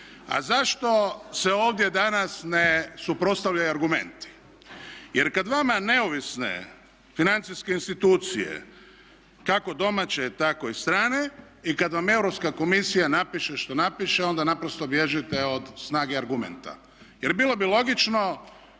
A zašto se ovdje danas ne suprotstavljaju argumenti? Jer kad vama neovisne financijske institucije kako domaće tako i strane i kad vam Europska komisija napiše što napiše onda naprosto bježite od snage argumenta. Jer bilo bi logično